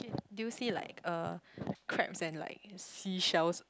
do you see like uh crabs and like sea shells